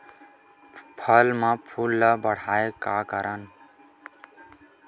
फसल म फूल ल बढ़ाय का करन?